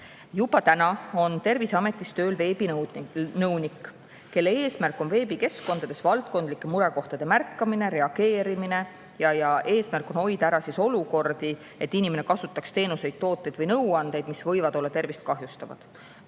Juba täna on Terviseametis tööl veebinõunik, kelle eesmärk on märgata veebikeskkondades valdkondlikke murekohti ja nendele reageerida. Eesmärk on hoida ära olukordi, kus inimene kasutab teenuseid, tooteid või nõuandeid, mis võivad olla tervist kahjustavad.